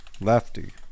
Lefty